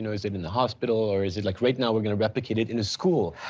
and is it in the hospital? or is it like right now we're gonna replicate it in a school.